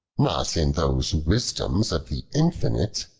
not in those wisdoms of the infinite.